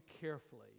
carefully